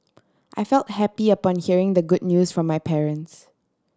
I felt happy upon hearing the good news from my parents